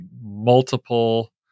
multiple